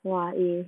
!wah! eh